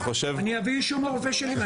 אני אביא אישור מהרופא שלי.